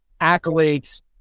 accolades